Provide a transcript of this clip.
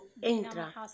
entra